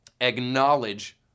acknowledge